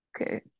Okay